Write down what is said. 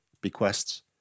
bequests